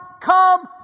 come